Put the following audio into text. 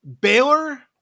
Baylor